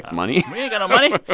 ah money? we ain't got no money